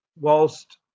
whilst